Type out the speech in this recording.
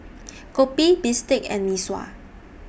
Kopi Bistake and Mee Sua